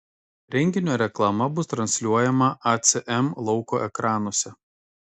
renginio reklama bus transliuojama acm lauko ekranuose